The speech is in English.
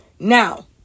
Now